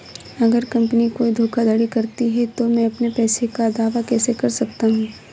अगर कंपनी कोई धोखाधड़ी करती है तो मैं अपने पैसे का दावा कैसे कर सकता हूं?